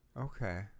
okay